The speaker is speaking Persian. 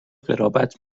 قرابت